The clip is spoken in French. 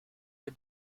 des